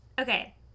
okay